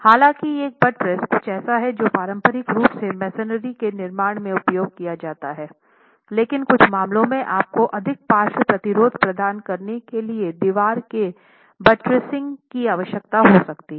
हालांकि एक बट्रेस कुछ ऐसा है जो पारंपरिक रूप से मेसनरी के निर्माण में उपयोग किया जाता है लेकिन कुछ मामलों में आपको अधिक पार्श्व प्रतिरोध प्रदान करने के लिए दीवार के बुटेरेसिंग की आवश्यकता हो सकती है